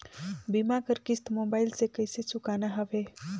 बीमा कर किस्त मोबाइल से कइसे चुकाना हवे